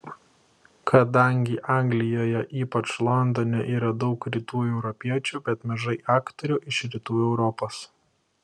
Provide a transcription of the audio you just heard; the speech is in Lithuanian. kadangi anglijoje ypač londone yra daug rytų europiečių bet mažai aktorių iš rytų europos